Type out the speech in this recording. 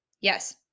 Yes